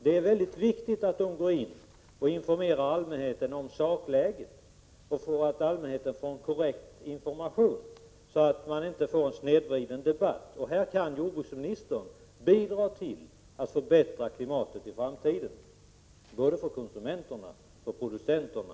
Det är mycket viktigt att dessa går in och informerar allmänheten om sakläget. Det gäller ju att ge allmänheten korrekt information för att undvika att debatten blir snedvriden. Här kan jordbruksministern bidra till att förbättra klimatet i framtiden både för konsumenterna och för producenterna.